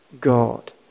God